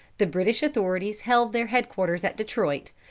the british authorities held their head-quarters at detroit,